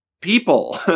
people